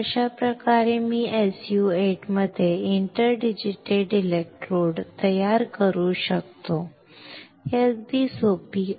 तर अशा प्रकारे मी SU 8 मध्ये इंटरडिजिटेटेड इलेक्ट्रोड तयार करू शकतो अगदी सोपे